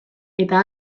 eta